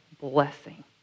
blessing